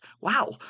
Wow